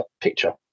picture